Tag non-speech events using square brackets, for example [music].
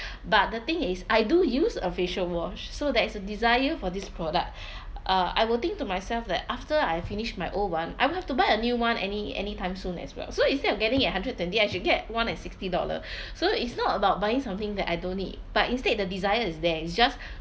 [breath] but the thing is I do use a facial wash so there is a desire for this product [breath] uh I will think to myself that after I finish my old [one] I don't have to buy a new [one] any any time soon as well so instead of getting a hundred twenty I should get one at sixty dollar [breath] so it's not about buying something that I don't need but instead the desire is there it's just